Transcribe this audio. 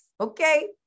okay